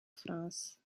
france